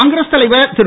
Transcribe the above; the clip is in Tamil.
காங்கிரஸ் தலைவர் திரு